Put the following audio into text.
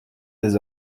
des